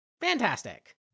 fantastic